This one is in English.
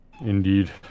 Indeed